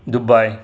Dubai